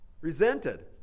resented